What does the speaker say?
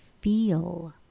feel